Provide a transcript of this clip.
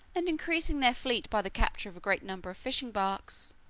and increasing their fleet by the capture of a great number of fishing barks,